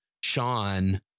Sean